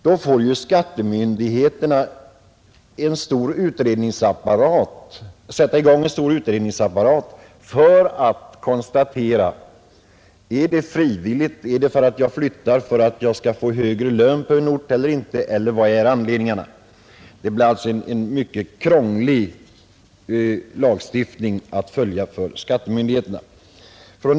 måste skattemyndigheterna då i varje enskilt fall sätta i gång en stor utredningsapparat för att konstatera om det är fråga om en frivillig flyttning, t.ex. för att vederbörande får högre lön på en annan ort, eller flyttning av någon annan anledning. Det skulle bli en mycket krånglig lagstiftning att följa för skattemyndigheterna.